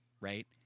right